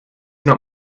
not